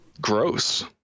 gross